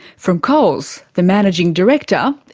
from coles, the managing director,